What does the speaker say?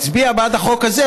הצביעה בעד החוק הזה.